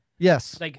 Yes